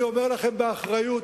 אני אומר לכם באחריות.